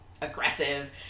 aggressive